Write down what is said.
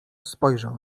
spojrzał